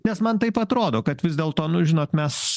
nes man taip atrodo kad vis dėlto nu žinot mes